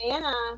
Anna